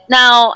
now